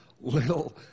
little